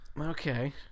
Okay